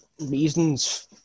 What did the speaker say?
reasons